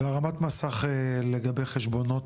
והרמת מסך לגבי חשבונות,